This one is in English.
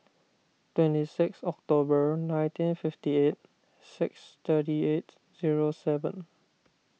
twenty six October nineteen fifty eight six thirty eight zero seven